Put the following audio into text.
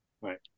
right